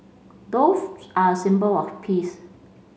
doves are a symbol of peace